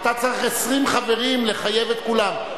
------ אתה צריך 20 חברים, לחייב את כולם.